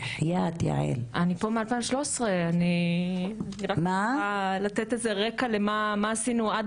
אני פה מ- 2013 אני רק רוצה לתת רקע מה עשינו עד